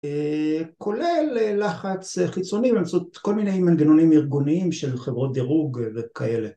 כולל לחץ חיצוני באמצעות כל מיני מנגנונים ארגוניים של חברות דירוג וכאלה